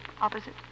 Opposite